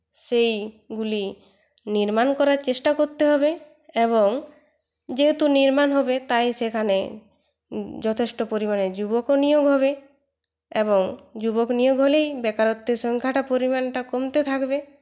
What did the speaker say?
সেইগুলি নির্মাণ করার চেষ্টা করতে হবে এবং যেহেতু নির্মাণ হবে তাই সেখানে যথেষ্ট পরিমাণে যুবকও নিয়োগ হবে এবং যুবক নিয়োগ হলেই বেকারত্বের সংখ্যাটা পরিমাণটা কমতে থাকবে